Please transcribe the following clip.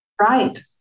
right